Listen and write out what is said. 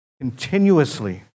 continuously